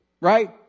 right